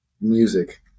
music